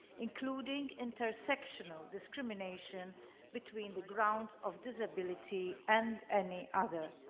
including intersectional discrimination between the grounds of disability and any other.